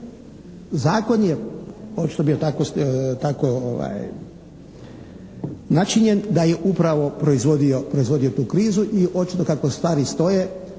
Zakon je očito bio tako načinjen da je upravo proizvodio tu krizu i očito kako stvari stoje,